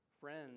Friends